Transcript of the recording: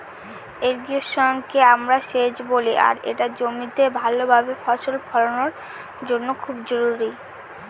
ইর্রিগেশনকে আমরা সেচ বলি আর এটা জমিতে ভাল ভাবে ফসল ফলানোর জন্য খুব জরুরি